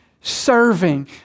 serving